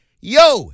yo